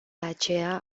aceea